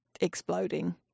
exploding